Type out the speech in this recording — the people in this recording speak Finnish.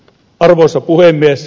arvoisa puhemies